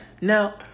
Now